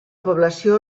població